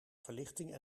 verlichting